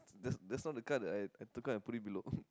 just just now the card that I I took out and put it below